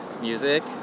music